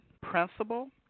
principal